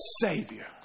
savior